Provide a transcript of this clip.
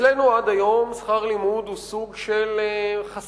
אצלנו עד היום שכר לימוד הוא סוג של חסם,